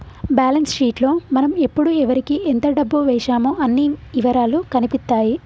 balance sheet లో మనం ఎప్పుడు ఎవరికీ ఎంత డబ్బు వేశామో అన్ని ఇవరాలూ కనిపిత్తాయి